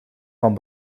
van